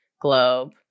globe